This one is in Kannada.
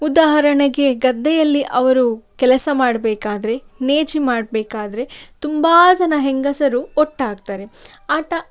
ಉದಾಹರಣೆಗೆ ಗದ್ದೆಯಲ್ಲಿ ಅವರು ಕೆಲಸ ಮಾಡಬೇಕಾದ್ರೆ ನೇಜಿ ಮಾಡಬೇಕಾದ್ರೆ ತುಂಬ ಜನ ಹೆಂಗಸರು ಒಟ್ಟಾಗ್ತಾರೆ ಆಟ